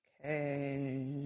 okay